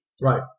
Right